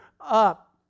up